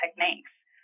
techniques